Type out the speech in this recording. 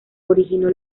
originó